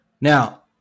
Now